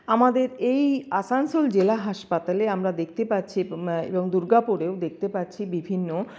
আমাদের এই আসানসোল জেলা হাসপাতালে আমরা দেখতে পাচ্ছি এবং দুর্গাপুরেও দেখতে পাচ্ছি বিভিন্ন